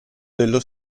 dello